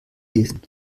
lesen